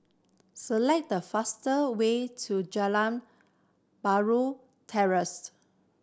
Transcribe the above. select the fastest way to Geylang Bahru Terrace